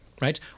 Right